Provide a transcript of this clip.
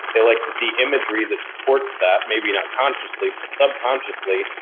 they like to see imagery that supports that. maybe not consciously, but subconsciously.